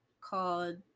called